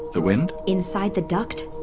the wind inside the duct?